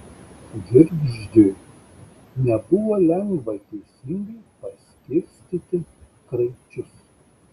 girgždžiui nebuvo lengva teisingai paskirstyti kraičius